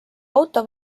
auto